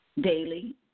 daily